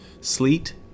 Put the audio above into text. Sleet